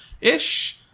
ish